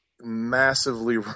massively